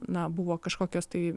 na buvo kažkokios tai